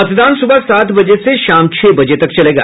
मतदान सुबह सात बजे से शाम छह बजे तक चलेगा